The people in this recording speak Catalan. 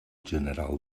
general